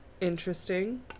Interesting